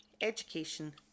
education